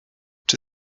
czy